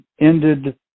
ended